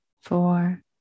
four